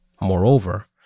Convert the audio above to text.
Moreover